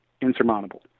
insurmountable